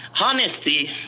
honesty